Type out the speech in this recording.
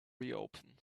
reopen